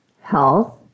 health